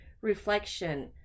reflection